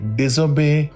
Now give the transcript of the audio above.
disobey